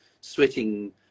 sweating